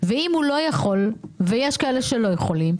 ואם הוא לא יכול ויש כאלה שלא יכולים,